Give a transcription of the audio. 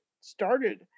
started